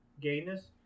gayness